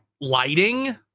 Lighting